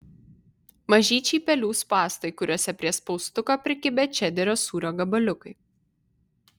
mažyčiai pelių spąstai kuriuose prie spaustuko prikibę čederio sūrio gabaliukai